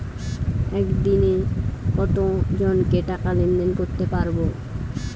একদিন কত জনকে টাকা লেনদেন করতে পারবো?